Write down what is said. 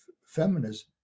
feminism